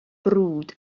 brwd